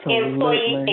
employee